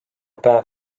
päev